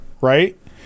right